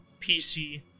PC